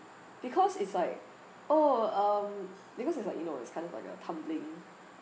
because it's like oh um because it's like you know it's kind of like a tumbling